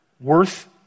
worth